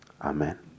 Amen